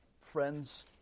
friends